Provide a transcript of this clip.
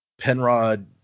Penrod